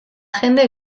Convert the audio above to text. jende